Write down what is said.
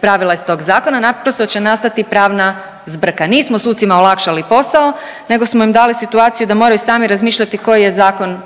pravila iz tog zakona. naprosto će nastati pravna zbrka. Nismo sucima olakšali posao nego smo im dali situaciju da moraju sami razmišljati koji je zakon